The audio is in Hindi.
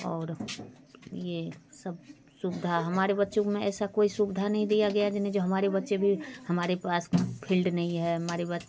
और ये सब सुविधा हमारे बच्चों में ऐसा कोई सुविधा नहीं दिया गया जिन्हें जो हमारे बच्चे भी हमारे पास फील्ड नहीं है हमारे